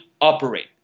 operate